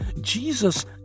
Jesus